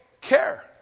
care